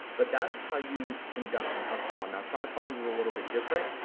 but that's how you conduct an upsell. now trifunnels is a little bit different.